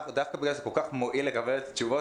דווקא בגלל שזה כל כך מועיל לקבל את התשובות,